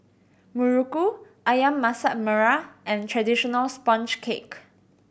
muruku Ayam Masak Merah and traditional sponge cake